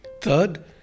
Third